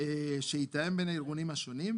שיתאם בין הארגונים השונים.